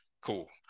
cool